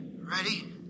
Ready